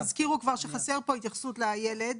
והזכירו כבר שחסרה פה התייחסות לילד,